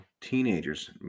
teenagers